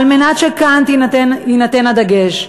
כדי שכאן יינתן הדגש,